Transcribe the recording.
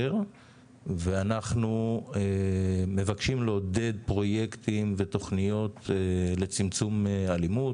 ואנחנו מבקשים לעודד פרויקטים ותוכניות לצמצום האלימות,